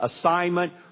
assignment